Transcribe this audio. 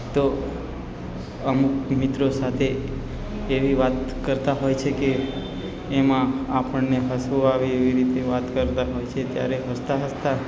તો અમુક મિત્રો સાથે એવી વાત કરતાં હોય છે કે એમાં આપણને હસવું આવે એવી રીતે વાત કરતાં હોય છીએ ત્યારે હસતાં હસતાં